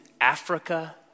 Africa